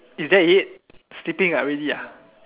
is that it sleeping ah really ah